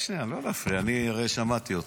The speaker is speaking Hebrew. הלוואי, אמרתי לך